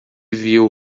viu